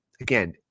again